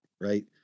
right